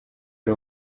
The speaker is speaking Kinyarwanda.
ari